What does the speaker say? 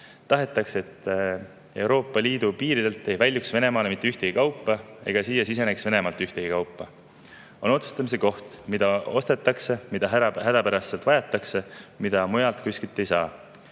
Tahetakse, et Euroopa Liidu piiridelt ei väljuks Venemaale mitte mingit kaupa ega siia ei siseneks Venemaalt mitte mingit kaupa. On otsustamise koht, mida ostetakse, mida sealt hädapärast vajatakse, mida mujalt kuskilt ei saa.